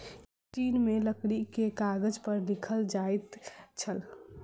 चीन में लकड़ी के कागज पर लिखल जाइत छल